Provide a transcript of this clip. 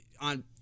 on